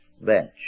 bench